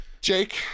jake